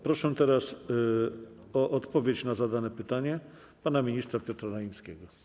Proszę teraz o odpowiedź na zadane pytanie pana ministra Piotra Naimskiego.